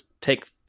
take